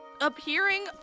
appearing